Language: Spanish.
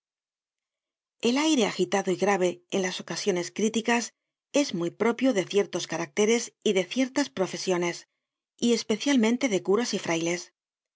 el aire agitado y grave en las ocasiones criticas es muy propio de ciertos caracteres y de ciertas profesiones y especialmente de curas y y frailes